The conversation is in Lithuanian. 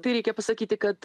tai reikia pasakyti kad